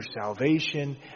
salvation